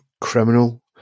criminal